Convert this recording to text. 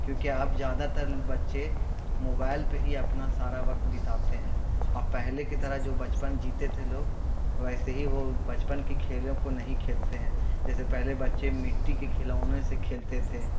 کیونکہ آپ زیادہ تر بچے موبائل پہ ہی اپنا سارا وقت بتاتے ہیں اور پہلے کی طرح جو بچپن جیتے تھے لوگ ویسے ہی وہ بچپن کی کھیلوں کو نہیں کھیلتے ہیں جیسے پہلے بچے مٹی کے کھیلونے سے کھیلتے تھے